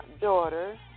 daughter